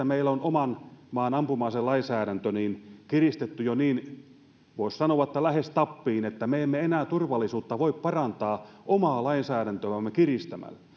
meillä on oman maan ampuma aselainsäädäntö kiristetty jo voisi sanoa lähes tappiin niin että me emme enää turvallisuutta voi parantaa omaa lainsäädäntöämme kiristämällä